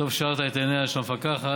וטוב שהארת את עיניה של המפקחת,